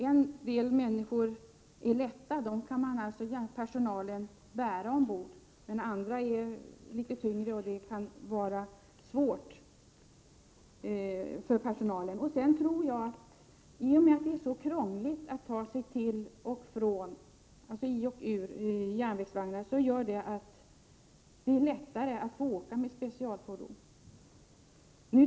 En del människor är lätta, och dem kan personalen bära ombord, men andra är litet tyngre, och då kan det vara svårt för personalen. I och med att det är så krångligt att ta sig i och ur järnvägsvagnar är det lättare att åka med specialfordon.